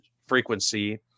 frequency